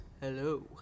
Hello